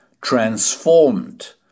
transformed